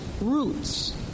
Roots